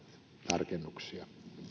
tarkennuksia